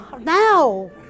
Now